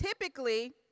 typically